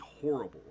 horrible